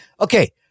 Okay